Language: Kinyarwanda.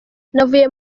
navuye